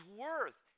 worth